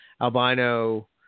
albino